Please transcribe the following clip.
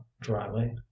dryly